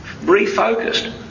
refocused